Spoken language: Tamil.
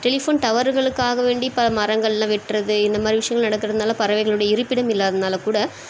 டெலிஃபோன் டவருகளுக்காக வேண்டி இப்போ மரங்களெலாம் வெட்டுறது இந்த மாதிரி விஷயங்கள் நடக்கிறதுனால பறவைகளுடைய இருப்பிடம் இல்லாதனால் கூட